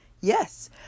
Yes